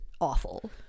awful